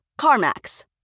CarMax